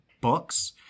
books